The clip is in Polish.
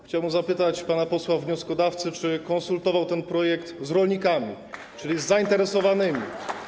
Chciałbym zapytać pana posła wnioskodawcę, czy konsultował ten projekt z rolnikami, czyli z zainteresowanymi.